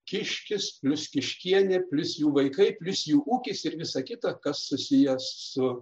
kiškis plius kiškienė plius jų vaikai plius jų ūkis ir visa kita kas susiję su